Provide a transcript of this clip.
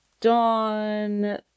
dawn